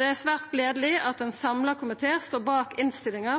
Det er svært gledeleg at ein samla komité står bak